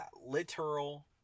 literal